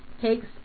takes